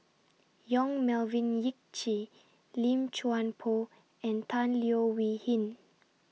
Yong Melvin Yik Chye Lim Chuan Poh and Tan Leo Wee Hin